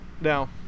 Now